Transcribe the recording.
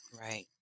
Right